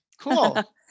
Cool